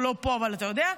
הוא לא פה אבל אתה יודע,